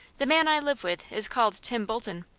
the man i live with is called tim bolton.